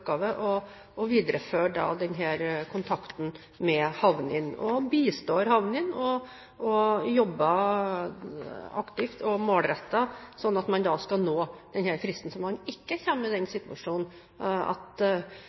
å videreføre denne kontakten med havnene. De bistår havnene og jobber aktivt og målrettet, slik at man skal nå denne fristen og ikke komme i den